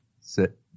Sit